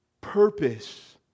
Purpose